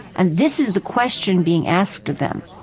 and this is the question being asked of them.